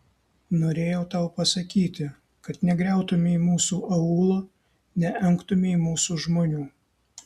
norėjau tau pasakyti kad negriautumei mūsų aūlo neengtumei mūsų žmonių